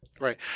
Right